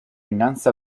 innanzi